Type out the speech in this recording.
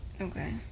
Okay